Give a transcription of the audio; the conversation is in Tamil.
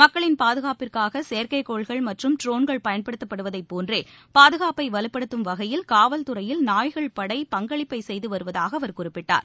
மக்களின் பாதுகாப்பிற்காக செயற்கைக்கோள்கள் மற்றும் ட்ரோன்கள் பயன்படுத்தப்படுவதைப் போன்றே பாதகாப்பை வலுப்படுத்தும் வகையில் காவல்துறையில் நாய்கள் படை பங்களிப்பை செய்து வருவதாக அவர் குறிப்பிட்டார்